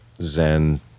Zen